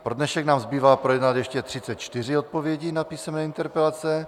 Pro dnešek nám zbývá projednat ještě 34 odpovědí na písemné interpelace.